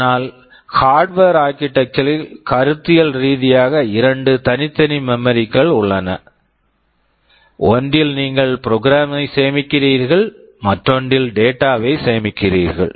ஆனால் Harvard Harvard architecture architecture ல் கருத்தியல் ரீதியாக இரண்டு தனித்தனி மெமரி memory கள் உள்ளன ஒன்றில் நீங்கள் ப்ரோக்ராம் program ஐ சேமிக்கிறீர்கள் மற்றொன்றில் டேட்டா data வைச் சேமிக்கிறீர்கள்